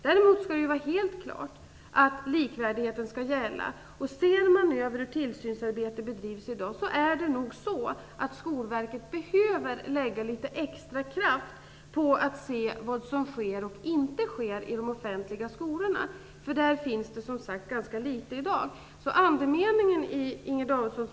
Däremot skall det vara helt klart att likvärdigheten skall gälla. Om man ser på hur tillsynsarbetet bedrivs i dag finner man nog att Skolverket behöver lägga litet extra kraft på att se vad som sker och inte sker i de offentliga skolorna. Tillsynsarbetet bedrivs nämligen, som sagt, i ganska liten utsträckning i dag.